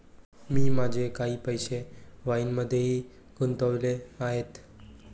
मी माझे काही पैसे वाईनमध्येही गुंतवले आहेत